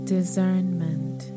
discernment